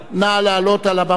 נא לעלות על הבמה.